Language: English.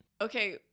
Okay